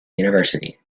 university